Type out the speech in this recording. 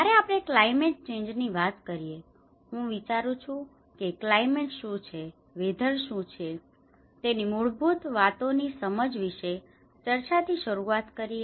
જયારે આપણે ક્લાયમેટ ચેન્જની વાત કરીએ હું વિચારું છું કે ક્લાયમેટ શું છે વેધર શું છે તેની મુળ વાતોની સમજ વિશે ચર્ચા થી શરૂઆત કરીએ